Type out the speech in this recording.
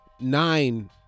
nine